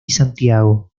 santiago